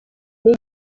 mijyi